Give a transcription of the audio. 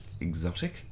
Exotic